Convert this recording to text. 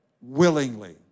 willingly